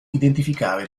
identificare